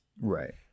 Right